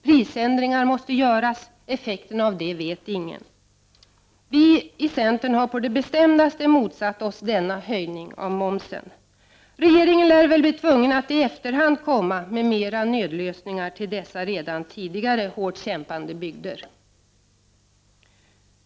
Prisändringar måste göras. Effekterna av det vet ingen. Vi i centern har på det bestämdaste motsatt oss denna höjning av momsen. Regeringen lär väl bli tvungen att i efterhand komma med mera nödlösningar till dessa redan tidigare hårt kämpande bygder.